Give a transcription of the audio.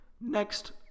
Next